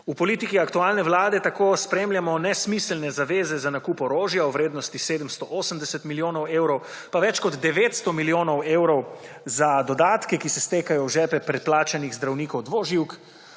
V politiki aktualne vlade tako spremljamo nesmiselne zaveze za nakup orožja v vrednosti 780 milijonov evrov pa več kot 900 milijonov evrov za dodatke, ki se stekajo v žepe preplačanih zdravnikov dvoživk,